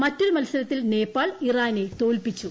മറ്റൊരു മത്സരത്തിൽ നേപ്പാൾ ഇറാനെ തോൽപിച്ചു